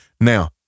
Now